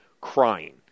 crying